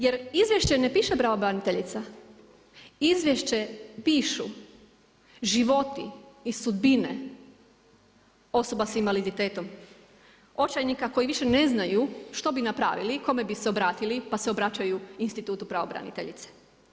Jer izvješće ne piše pravobraniteljica, izvješće pišu životi i sudbine osoba sa invaliditetom, očajnika koji više ne znaju što bi napravili i kome bi se obratili pa se obraćaju institutu pravobraniteljice.